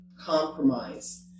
compromise